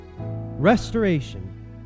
restoration